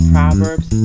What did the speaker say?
Proverbs